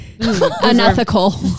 unethical